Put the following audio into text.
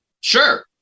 Sure